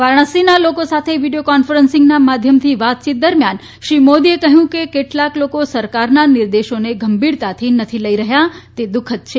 વારાણસીના લોકો સાથે વિડીયો કોન્ફરન્સીંગના માધ્યમથી વાતયીત દરમિયાન શ્રી મોદીએ કહ્યું કે કેટલાક લોકો સરકારના નીર્દેશોને ગંભીરતાથી નથી લઇ રહયાં તે દુઃખદ છે